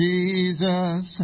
Jesus